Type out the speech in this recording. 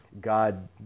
God